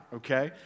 okay